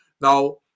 Now